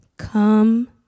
Come